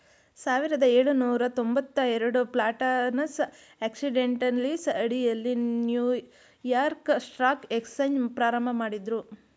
ಸಾವಿರದ ಏಳುನೂರ ತೊಂಬತ್ತಎರಡು ಪ್ಲಾಟಾನಸ್ ಆಕ್ಸಿಡೆಂಟಲೀಸ್ ಅಡಿಯಲ್ಲಿ ನ್ಯೂಯಾರ್ಕ್ ಸ್ಟಾಕ್ ಎಕ್ಸ್ಚೇಂಜ್ ಪ್ರಾರಂಭಮಾಡಿದ್ರು